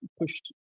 pushed